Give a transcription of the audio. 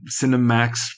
Cinemax